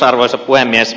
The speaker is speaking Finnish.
arvoisa puhemies